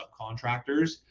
subcontractors